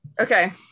okay